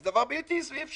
זה דבר בלתי אפשרי.